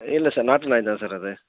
இல்லை சார் நாட்டு நாய் தான் சார் அது